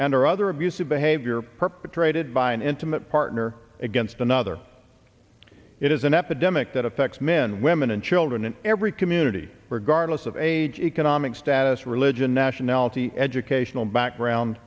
and or other abusive behavior perpetrated by an intimate partner against another it is an epidemic that affects men women and children in every community regardless of age economic status religion nationality educational background